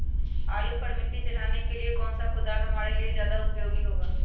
आलू पर मिट्टी चढ़ाने के लिए कौन सा कुदाल हमारे लिए ज्यादा उपयोगी होगा?